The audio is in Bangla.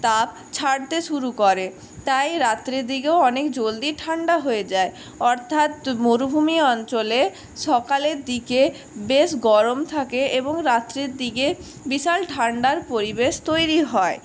তাপ ছাড়তে শুরু করে তাই রাত্রের দিকেও অনেক জলদি ঠান্ডা হয়ে যায় অর্থাৎ মরুভূমি অঞ্চলে সকালের দিকে বেশ গরম থাকে এবং রাত্রের দিকে বিশাল ঠান্ডার পরিবেশ তৈরি হয়